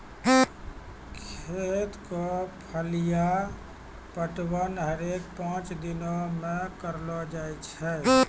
खेत क फलिया पटवन हरेक पांच दिनो म करलो जाय छै